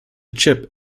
chip